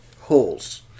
holes